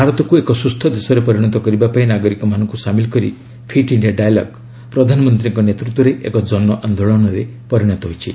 ଭାରତକୁ ଏକ ସ୍କୁସ୍ଥ ଦେଶରେ ପରିଣତ କରିବା ପାଇଁ ନାଗରିକମାନଙ୍କୁ ସାମିଲ କରି ଫିଟ୍ ଇଣ୍ଡିଆ ଡାଏଲଗ୍ ପ୍ରଧାନମନ୍ତ୍ରୀଙ୍କ ନେତୃତ୍ୱରେ ଏକ ଜନ ଆନ୍ଦୋଳନରେ ପରିଣତ ହୋଇଛି